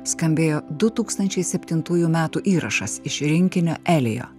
skambėjo du tūkstančiai septintųjų metų įrašas iš rinkinio elio